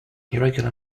irregular